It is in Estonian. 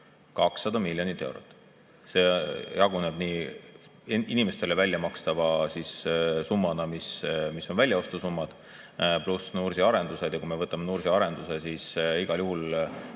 200 miljonit eurot! See jaguneb nii inimestele väljamakstavaks summaks, mis on väljaostusummad, pluss Nursipalu arendus. Ja kui me võtame Nursipalu arenduse, siis igal juhul